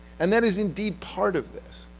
and that is indeed part of this.